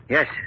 Yes